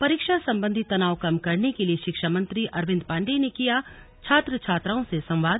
परीक्षा संबंधी तनाव कम करने के लिए शिक्षामंत्री अरविंद पांडेय ने किया छात्र छात्राओं से संवाद